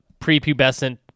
prepubescent